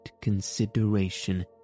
consideration